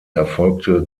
erfolgte